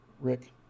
Rick